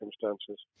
circumstances